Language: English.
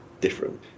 different